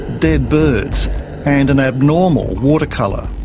dead birds and an abnormal water colour.